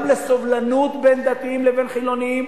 גם לסובלנות בין דתיים לבין חילונים,